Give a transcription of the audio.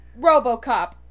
Robocop